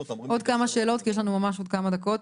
עוד כמה שאלות, כי יש לנו ממש עוד כמה דקות.